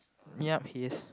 yup he is